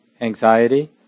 anxiety